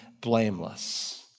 blameless